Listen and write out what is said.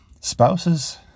Spouses